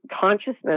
consciousness